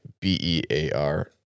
B-E-A-R